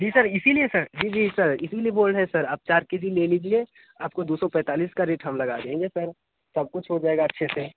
जी sir इसीलिए sir जी जी सर इसीलिए बोल रहे हैं सर आप चार केजी ले लीजिए आपको दो सौ पैंतालीस का रेट हम लगा देंगे सर सब कुछ हो जाएगा अच्छे से